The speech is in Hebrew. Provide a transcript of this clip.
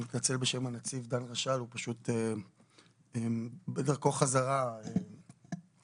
אני מתנצל בשם הנציב, הוא בדרכו חזרה מאירופה.